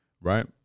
right